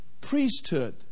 priesthood